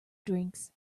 drinks